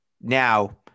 now